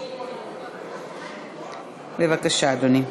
בבקשה, אדוני.